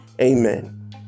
Amen